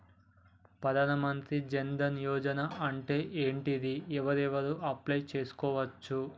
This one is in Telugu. ప్రధాన మంత్రి జన్ ధన్ యోజన అంటే ఏంటిది? ఎవరెవరు అప్లయ్ చేస్కోవచ్చు?